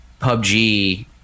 PUBG